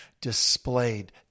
displayed